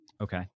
Okay